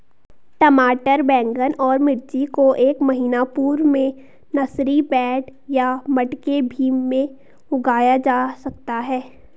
टमाटर बैगन और मिर्ची को एक महीना पूर्व में नर्सरी बेड या मटके भी में उगाया जा सकता है